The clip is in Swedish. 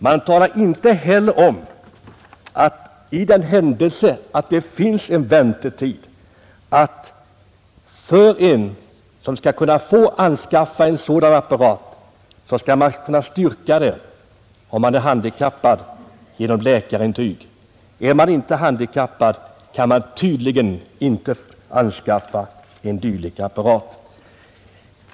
Man meddelar inte heller att den som önskar anskaffa en sådan apparat skall styrka genom läkarintyg att han är handikappad. Är man inte handikappad, kan man tydligen inte få tillgång till en dylik apparat.